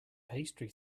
pastry